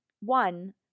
one